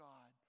God